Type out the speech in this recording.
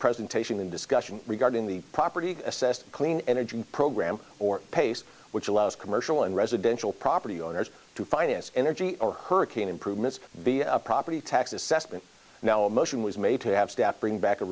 presentation in discussion regarding the property assessed clean energy program or pace which allows commercial and residential property owners to finance energy or hurricane improvements the property tax assessment now a motion was made to have staff bring back a